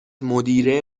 مدیره